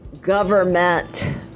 government